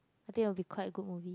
I think will be a quite good movie